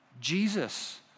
Jesus